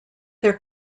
their